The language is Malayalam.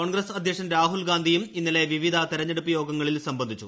കോൺഗ്രസ് അധ്യക്ഷൻ രാഹുൽ ഗാന്ധിയും ഇന്നലെ വിവിധ തെരഞ്ഞെടുപ്പ് യോഗങ്ങളിൽ സംബന്ധിച്ചു